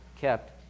kept